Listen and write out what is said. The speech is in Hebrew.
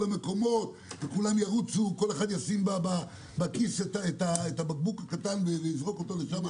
המקומות וכולם ירוצו וכל אחד ישים בכיס את הבקבוק הקטן כדי לזרוק אותו לשם.